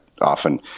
often